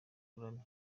kuramya